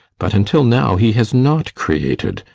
but until now he has not created,